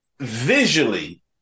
visually